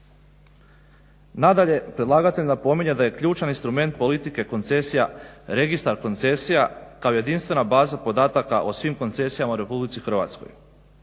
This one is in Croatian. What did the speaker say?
Nadalje, predlagatelj napominje da je ključan instrument politike koncesija Registar koncesija kao jedinstvena baza podataka o svim koncesijama u RH a na osnovu koje